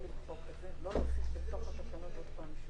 להכניס בתוך התקנות עוד פעם.